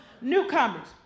Newcomers